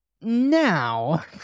now